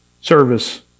service